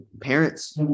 parents